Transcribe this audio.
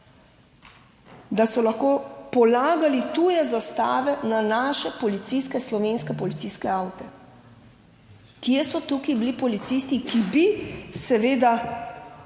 da so lahko polagali tuje zastave na naše policiste, slovenske policijske avte. Kje so tukaj bili policisti, ki bi seveda